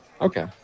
okay